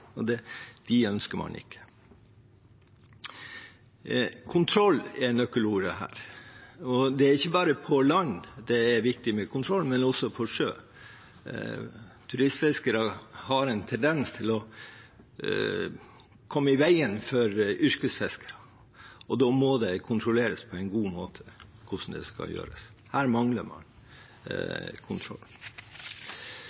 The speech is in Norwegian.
Det er ikke bare på land det er viktig med kontroll, men også på sjøen. Turistfiskere har en tendens til å komme i veien for yrkesfiskerne. Da må det kontrolleres på en god måte hvordan man gjør det. Her mangler man